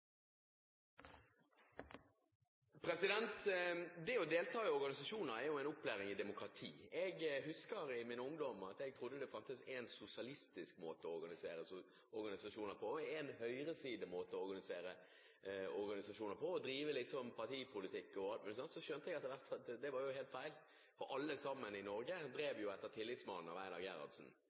en opplæring i demokrati. Jeg husker at jeg i min ungdom trodde at det fantes en sosialistisk måte å organisere organisasjoner på og en høyresidemåte å organisere organisasjoner på og drive litt partipolitikk og alt mulig sånn. Så skjønte jeg etter hvert at det var helt feil, for alle i Norge drev jo etter Tillitsmannen av